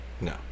No